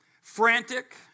frantic